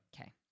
Okay